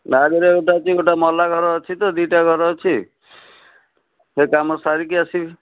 ବାହାଘରିଆ ଗୋଟେ ଅଛି ଗୋଟେ ମଲା ଘର ଅଛି ତ ଦୁଇଟା ଘର ଅଛି କାମ ସାରିକି ଆସିବି